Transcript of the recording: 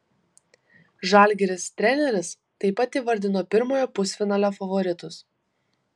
žalgiris treneris taip pat įvardino pirmojo pusfinalio favoritus